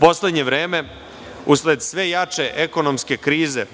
poslednje vreme, usled sve jače ekonomske krize,